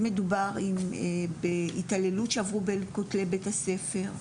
אם מדובר בהתעללות שעברו בין כתלי בית הספר,